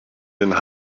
den